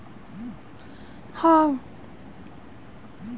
बाड़ा फंड्स द्वारा उत्पन्न जोखिमों पर अंग्रेजी फोकस्ड ऑडिट किए जाने चाहिए